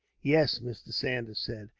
yes, mr. saunders said.